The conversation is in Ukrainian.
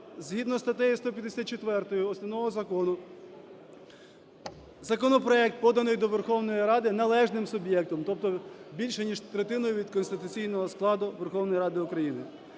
згідно зі статтею 154 Основного Закону законопроект, поданий до Верховної Ради належним суб'єктом, тобто більше ніж третиною від конституційного складу Верховної Ради України.